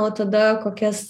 o tada kokias